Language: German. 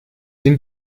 den